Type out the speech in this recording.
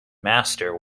master